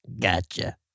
Gotcha